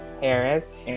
Harris